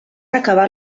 acabat